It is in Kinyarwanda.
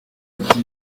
ati